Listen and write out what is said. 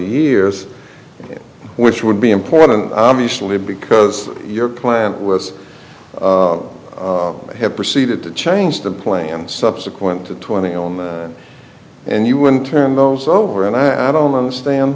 years which would be important obviously because your client was have proceeded to change the plan subsequent to twenty of them and you would turn those over and i don't understand